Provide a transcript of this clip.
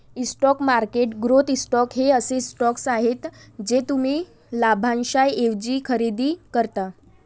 stock market growth stocks हे असे stocks आहेत जे तुम्ही लाभांशाऐवजी खरेदी करता